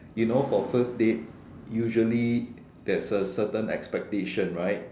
you know for first date usually there's a certain expectation right